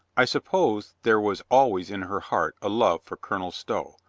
i suppose there was always in her heart a love for colonel stow,